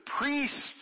priests